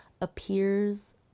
appears